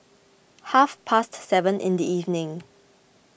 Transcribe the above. half past seven in the evening